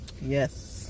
Yes